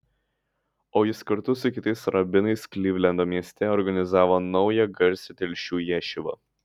o jis kartu su kitais rabinais klivlendo mieste organizavo naują garsią telšių ješivą